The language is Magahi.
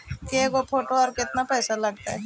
के गो फोटो औ पैसा केतना लगतै?